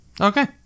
Okay